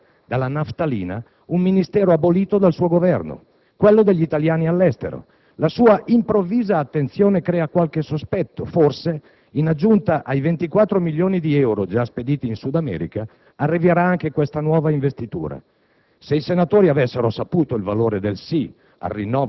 Dalle sue parole si può intendere che lei voglia rispolverare dalla naftalina un Ministero abolito dal suo Governo, quello degli italiani all'estero. La sua improvvisa attenzione crea qualche sospetto: forse, in aggiunta ai 24 milioni di euro già spediti in Sud America, arriverà anche questa nuova investitura.